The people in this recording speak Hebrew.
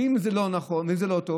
ואם זה לא נכון וזה לא טוב,